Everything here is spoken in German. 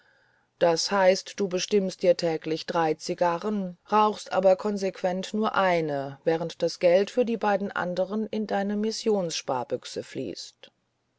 das heißt du bestimmst dir täglich drei zigarren rauchst aber konsequent nur eine während das geld für die beiden anderen in deine missionssparbüchse fließt